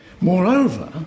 Moreover